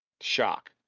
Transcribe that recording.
shock